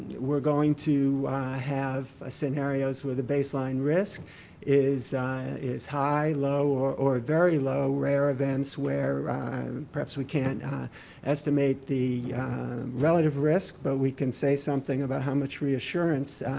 we're going to have scenarios where the baseline risk is is high, low, or or very low. rare events where perhaps we cannot estimate the relative risk but we can say something about how much reassurance